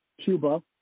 Cuba